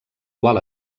qual